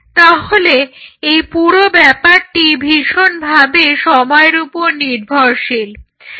তাহলে এই পুরো ব্যাপারটি ভীষণভাবে সময়ের উপর নির্ভরশীল